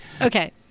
Okay